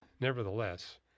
Nevertheless